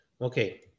Okay